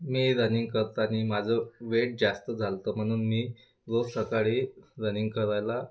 मी running करतानी माझं weight जास्त झालेल म्हणून मी रोज सकाळी रनिंग करायला